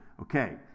Okay